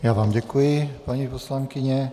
Já vám děkuji, paní poslankyně.